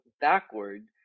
backward